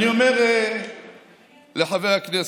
אני אומר לחבר הכנסת,